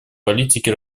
политике